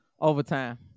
Overtime